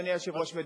אדוני היושב-ראש,